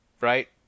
right